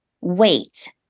wait